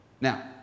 Now